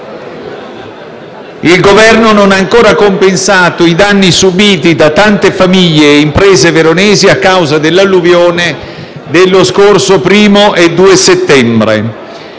il Governo non ha ancora compensato i danni subiti da tante famiglie e imprese veronesi a causa dell'alluvione dello scorso 1° e 2 settembre.